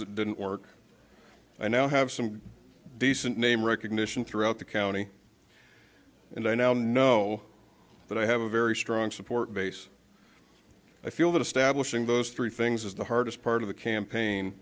that didn't work i now have some decent name recognition throughout the county and i now know that i have a very strong support base i feel that establishing those three things is the hardest part of the campaign